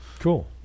cool